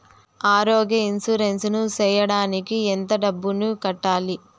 ఆరోగ్య ఇన్సూరెన్సు సేయడానికి ఎంత డబ్బుని కట్టాలి?